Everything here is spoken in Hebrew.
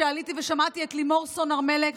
עליתי ושמעתי את לימור סון הר מלך,